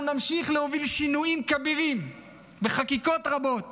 אנחנו נמשיך להוביל שינויים כבירים בחקיקות רבות